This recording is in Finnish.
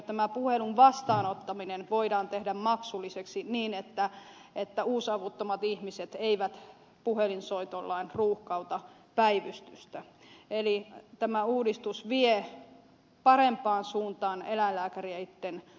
tämän puhelun vastaanottaminen voidaan tehdä maksulliseksi niin että uusavuttomat ihmiset eivät puhelinsoitoillaan ruuhkauta päivystystä eli tämä uudistus vie parempaan suuntaan eläinlääkäreitten kuormitusta